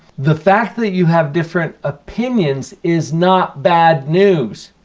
the fact that you have different opinions is not bad news.